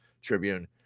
Tribune